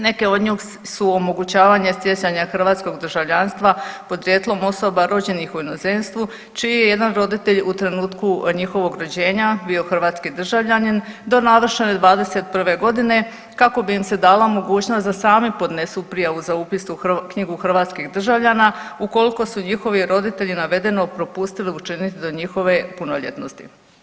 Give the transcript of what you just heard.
Neke od njih su omogućavanje stjecanja hrvatskog državljanstva podrijetlom osoba rođenih u inozemstvu čiji je jedan roditelj u trenutku njihovog rođenja bio hrvatski državljanin do navršene 21 godine kako bi im se dala mogućnost da sami podnesu prijavu za upis u knjigu hrvatskih državljana ukoliko su njihovi roditelji navedeno propustili učiniti do njihove punoljetnosti.